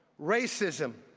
racism,